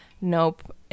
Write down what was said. nope